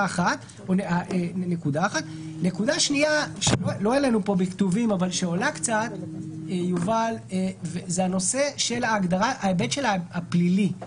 נקודה שנייה שלא עולה בכתובים אבל עולה קצת זה ההיבט הפלילי בהגדרה.